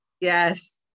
Yes